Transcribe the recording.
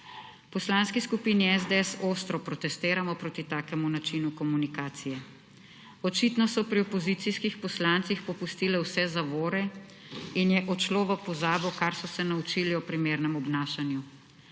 Poslanski skupini SDS ostro protestiramo proti takemu načinu komunikacije. Očitno so pri opozicijskih poslancih popustile vse zavore in je odšlo v pozabo kar so se naučili o primernem obnašanju.